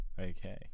okay